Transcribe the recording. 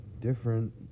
different